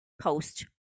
post